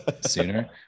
sooner